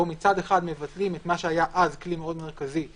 מצד אחד מבטלים את מה שהיה אז כלי מאוד מרכזי,